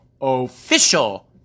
official